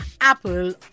Apple